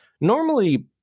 normally